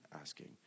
asking